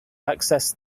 access